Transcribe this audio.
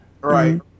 right